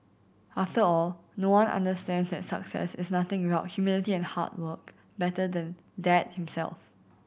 after all no one understands that success is nothing without humility and hard work better than dad himself